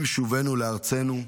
עם שובנו לארצנו,